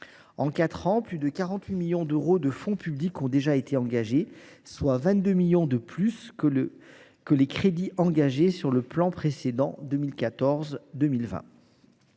ans, plus de 48 millions d’euros de fonds publics ont déjà été engagés, soit 22 millions de plus que les crédits consacrés au plan précédent,